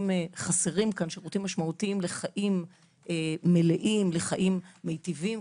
משמעותיים חסרים לחיים מלאים ומיטיבים,